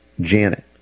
Janet